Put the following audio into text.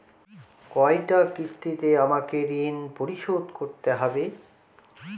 কয়টা কিস্তিতে আমাকে ঋণ পরিশোধ করতে হবে?